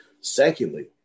Secondly